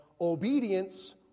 obedience